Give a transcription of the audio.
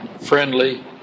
friendly